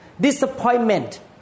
disappointment